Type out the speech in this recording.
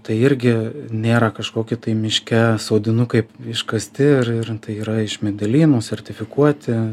tai irgi nėra kažkoki tai miške sodinukai iškasti ir ir tai yra iš medelynų sertifikuoti